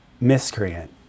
miscreant